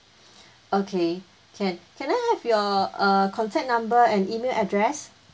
okay can can I have your err contact number and email address